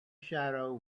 shadow